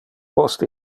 post